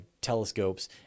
telescopes